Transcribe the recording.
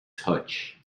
touch